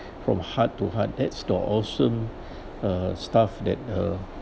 from heart to heart that's the awesome uh stuff that uh